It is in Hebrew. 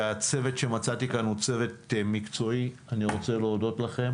הצוות שמצאתי כאן הוא צוות מקצועי אני רוצה להודות לכם